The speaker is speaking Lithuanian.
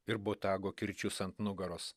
ir botago kirčius ant nugaros